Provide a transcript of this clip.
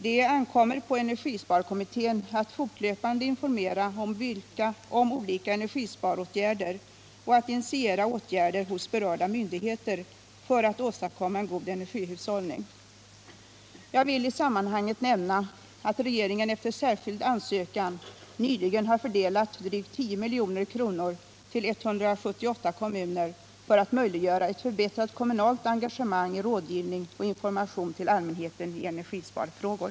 Det ankommer på energisparkommittén att fortlöpande informera om olika energisparåtgärder och att initiera åtgärder hos berörda myndigheter för att åstadkomma en god energihushållning. Jag vill i sammanhanget nämna, att regeringen efter särskild ansökan nyligen har fördelat drygt 10 milj.kr. till 178 kommuner för att möjliggöra ett förbättrat kommunalt engagemang i rådgivning och information till allmänheten i energisparfrågor.